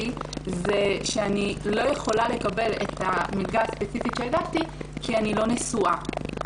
היא שאני לא יכולה לקבל את המלגה הספציפית שביקשתי כי אני לא נשואה.